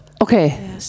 Okay